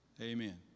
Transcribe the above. Amen